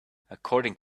according